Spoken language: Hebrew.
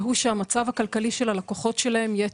הוא שהמצב הכלכלי של הלקוחות שלהם יהיה